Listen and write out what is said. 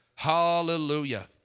Hallelujah